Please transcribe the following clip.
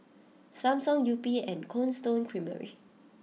Samsung Yupi and Cold Stone Creamery